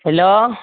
hello